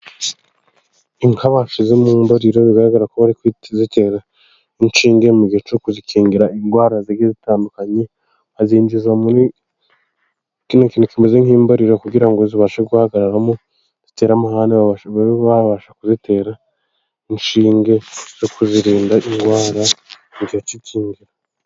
Inka bashyize mu mbariro, bigaragara ko bari kuzitera inshinge mu gihe cyo kuzikingira indwara zitandukanye, bazinjiza muri kino kintu kimeze nk'imbariro, kugira ngo zibashe guhagarara zidatera amahane, babashe kuzitera inshinge zo kuzirinda indwara mu gihe k'ikingira.